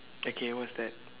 okay what's that